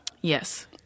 Yes